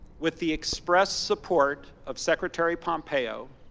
with the expressed support of secretary pompeo,